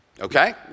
Okay